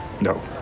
No